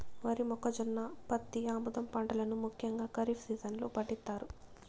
వరి, మొక్కజొన్న, పత్తి, ఆముదం పంటలను ముఖ్యంగా ఖరీఫ్ సీజన్ లో పండిత్తారు